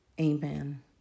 Amen